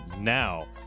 Now